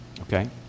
Okay